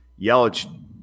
Yelich